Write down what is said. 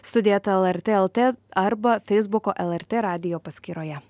studija eta lrt lt arba feisbuko lrt radijo paskyroje